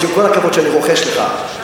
עם כל הכבוד שאני רוחש לך,